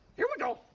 here we go,